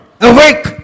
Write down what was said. Awake